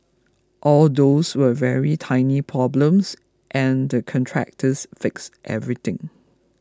all those were very tiny problems and the contractors fixed everything